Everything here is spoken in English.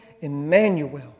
Emmanuel